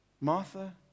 Martha